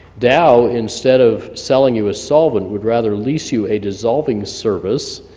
dow instead of selling you a solvent would rather lease you a dissolving service.